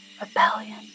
rebellion